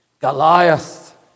Goliath